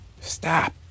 Stop